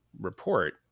report